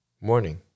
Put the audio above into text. morning